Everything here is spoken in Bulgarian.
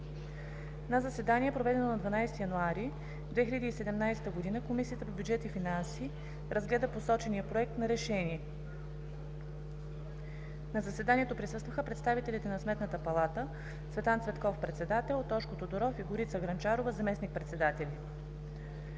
На заседание, проведено на 12 януари 2017 г., Комисията по бюджет и финанси разгледа посочения Проект на решение. На заседанието присъстваха представителите на Сметната палата: Цветан Цветков – председател, Тошко Тодоров и Горица Грънчарова – заместник-председатели.